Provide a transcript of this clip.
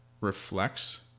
reflects